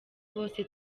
bose